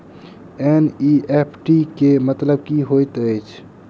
NEFT केँ मतलब की होइत अछि?